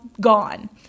gone